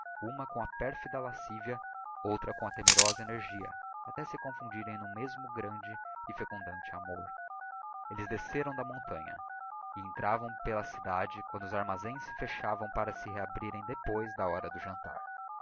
uma com a pérfida lascivia outra com a temerosa energia até se confundirem n'um mesmo grande e fecundante amor elles desceram da montanha e entra am pela cidade quando os armazéns se fechavam para se reabrirem depois da hora do jantar